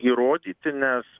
įrodyti nes